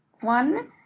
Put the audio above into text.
One